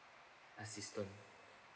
assistance